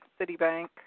Citibank